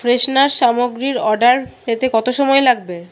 freshener সামগ্রীর order পেতে কতো সময় লাগবে